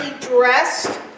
dressed